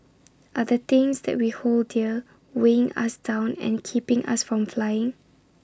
are the things that we hold dear weighing us down and keeping us from flying